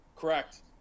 correct